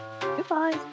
Goodbye